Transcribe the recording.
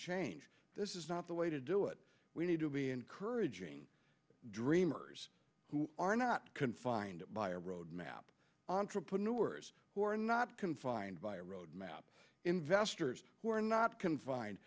change this is not the way to do it we need to be encouraging dreamers who are not confined by a road map entrepreneurs who are not confined by a road map investors who are not confined